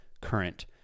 current